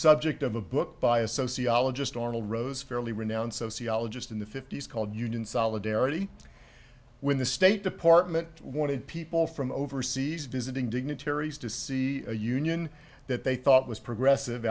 subject of a book by a sociologist arnold rose fairly renowned sociologist in the fifty's called union solidarity when the state department wanted people from overseas visiting dignitaries to see a union that they thought was progressive